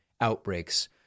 outbreaks